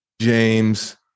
James